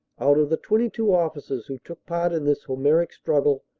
out of the twenty two officers who took part in this homeric struggle,